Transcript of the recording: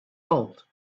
old